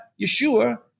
Yeshua